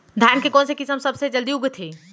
धान के कोन से किसम सबसे जलदी उगथे?